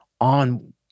on